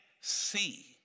see